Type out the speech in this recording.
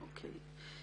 אוקיי.